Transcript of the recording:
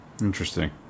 Interesting